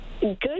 Good